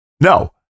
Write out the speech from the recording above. no